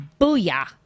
Booyah